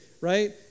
right